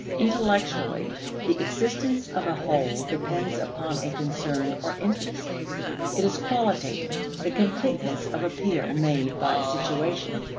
intellectually the existence of a whole depends upon a concern or interest it is qualitative, the completeness of appeal made by a situation.